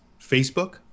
facebook